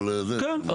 כן.